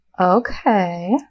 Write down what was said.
Okay